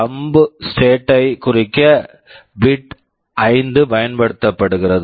thumb state thumb state யைக் குறிக்க bit bit 5 பயன்படுத்தப்படுகிறது